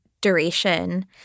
duration